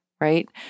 right